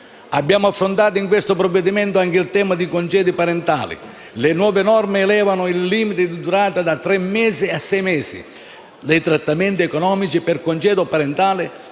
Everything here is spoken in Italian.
Abbiamo affrontato in questo provvedimento anche il tema dei congedi parentali: le nuove norme elevano il limite di durata, da tre a sei mesi, dei trattamenti economici per congedo parentale